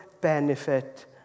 benefit